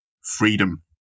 Freedom